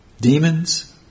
demons